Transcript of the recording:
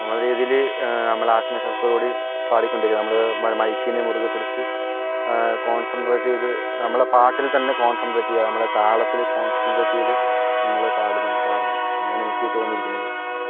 നമ്മളെ രീതിയില് നമ്മൾ ആത്മവിശ്വാസത്തോടുകൂടി പാടിക്കൊണ്ടിരിക്കുക നമ്മൾ മൈക്കിനെ മുറുകെപ്പിടിച്ച് കോൺസെൻട്രേറ്റ് ചെയ്തു നമ്മളെ പാട്ടിൽ തന്നെ കോൺസെൻട്രേറ്റ് ചെയ്യുക നമ്മളെ താളത്തിൽ കോൺസെൻട്രേറ്റ് ചെയ്തു നമ്മൾ പാടുന്നു പാടണം അങ്ങനെയാണ് എനിക്ക് തോന്നിയിരിക്കുന്നത്